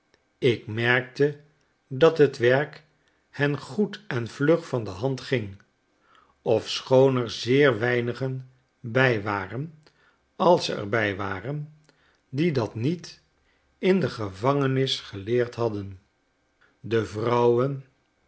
ik merkte dat het werk hen goed en vlug van de hand ging ofschoon er zeer weinigen bij waren als ze er bij waren die dat niet in de gevangenis geleerd hadden de vrouwen